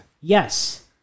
Yes